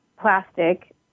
plastic